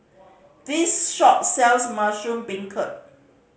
this shop sells mushroom beancurd